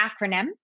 acronym